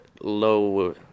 low